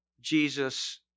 Jesus